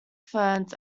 ferns